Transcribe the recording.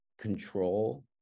control